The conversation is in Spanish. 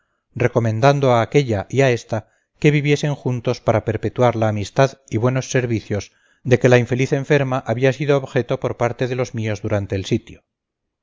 recomendando a aquella y a esta que viviesen juntos para perpetuar la amistad y buenos servicios de que la infeliz enferma había sido objeto por parte de los míos durante el sitio